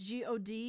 god